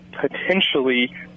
potentially